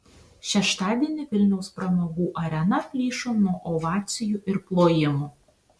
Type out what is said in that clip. šeštadienį vilniaus pramogų arena plyšo nuo ovacijų ir plojimų